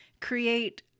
create